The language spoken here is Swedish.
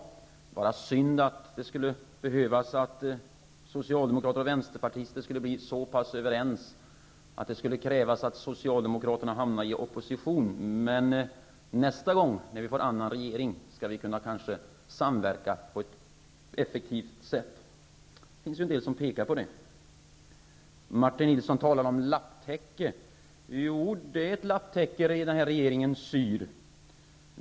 Det är bara synd att det skulle krävas att socialdemokraterna hamnade i opposition innan de blev överens med oss. Men nästa gång, när vi får annan regering, skall vi kanske kunna samverka på ett effektivt sätt. Det finns ju en del som pekar på det. Martin Nilsson talade om lapptäcke. Jo, det är ett lapptäcke regeringen syr.